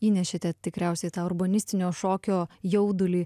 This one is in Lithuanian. įnešėte tikriausiai tą urbanistinio šokio jaudulį